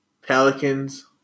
Pelicans